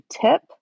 tip